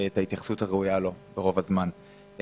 את ההתייחסות הראויה לו רוב הזמן.